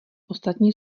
ostatní